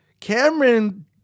Cameron